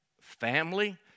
family